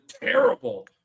terrible